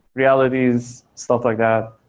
realities, stuff like that.